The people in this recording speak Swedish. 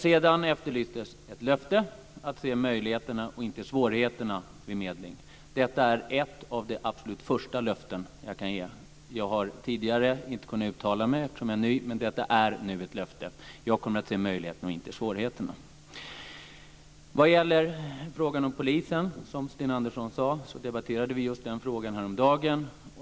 Sedan efterlystes ett löfte från mig om att se möjligheterna och inte svårigheterna vid medling. Detta är absolut ett av de första löften jag kan ge. Jag har tidigare inte kunnat uttala mig eftersom jag är ny, men detta är nu ett löfte. Jag kommer att se möjligheterna och inte svårigheterna. Vad gällde frågan om polisen, som Sten Andersson tog upp, kan jag säga att vi debatterade just den frågan häromdagen.